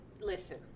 listen